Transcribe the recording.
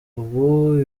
ubu